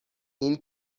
این